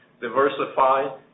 diversify